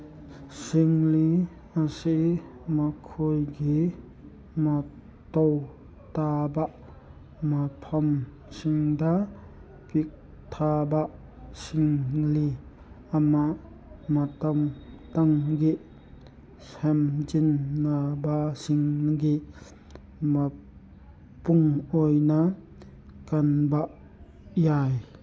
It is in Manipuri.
ꯁꯤꯡꯂꯤ ꯑꯁꯤ ꯃꯈꯣꯏꯒꯤ ꯃꯊꯧ ꯇꯥꯕ ꯃꯐꯝꯁꯤꯡꯗ ꯄꯤꯛꯊꯕ ꯁꯤꯡꯂꯤ ꯑꯃ ꯃꯇꯝ ꯃꯇꯝꯒꯤ ꯁꯦꯝꯖꯤꯟꯅꯕꯁꯤꯡꯒꯤ ꯃꯄꯨꯡ ꯑꯣꯏꯅ ꯀꯟꯕ ꯌꯥꯏ